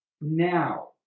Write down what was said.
now